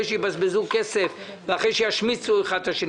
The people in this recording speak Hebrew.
שיבזבזו כסף ואחרי שישמיצו האחד את השני?